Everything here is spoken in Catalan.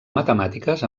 matemàtiques